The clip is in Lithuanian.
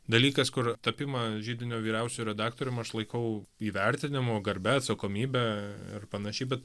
dalykas kur tapimą židinio vyriausiuoju redaktorium aš laikau įvertinimo garbe atsakomybe ir panašiai bet